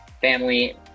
family